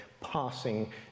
passing